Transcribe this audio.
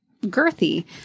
girthy